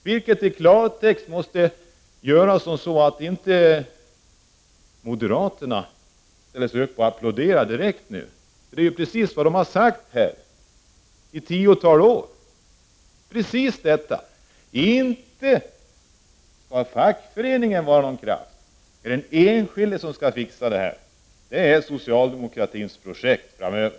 Det är konstigt att inte moderaterna ställer sig upp och applåderar — det är nämligen precis vad de har sagt i ett tiotal år. Inte skall fackföreningen vara någon kraft; det är den enskilde som skall fixa det — det är socialdemokratins projekt framöver.